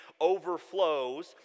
overflows